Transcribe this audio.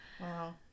wow